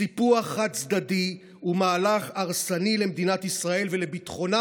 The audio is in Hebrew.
סיפוח חד-צדדי הוא מהלך הרסני למדינת ישראל ולביטחונה,